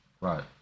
Right